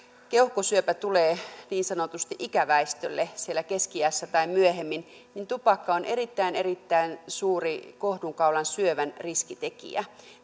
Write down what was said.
keuhkosyöpä tulee niin sanotusti ikäväestölle siellä keski iässä tai myöhemmin niin tupakka on erittäin erittäin suuri kohdunkaulan syövän riskitekijä